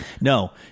No